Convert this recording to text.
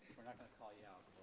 we're not gonna call you out